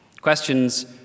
Questions